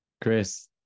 Chris